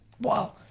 Wow